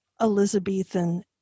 Elizabethan